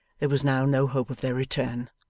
there was now no hope of their return.